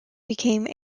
became